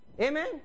Amen